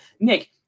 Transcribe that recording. Nick